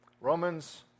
Romans